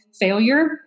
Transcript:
failure